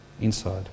inside